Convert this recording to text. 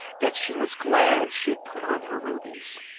that she was glad she had put on her rubies.